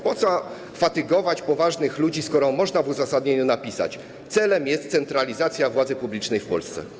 Po co fatygować poważnych ludzi, skoro można w uzasadnieniu napisać: celem jest centralizacja władzy publicznej w Polsce.